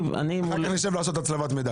אחר כך נשב לעשות הצלבת מידע.